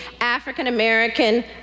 African-American